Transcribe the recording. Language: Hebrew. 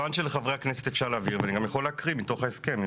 כמובן שלחברי הכנסת אפשר להעביר ואני גם יכול להקריא מתוך ההסכם,